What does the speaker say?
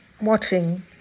watching